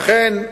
לכן,